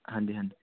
ਹਾਂਜੀ ਹਾਂਜੀ